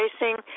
Racing –